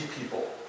people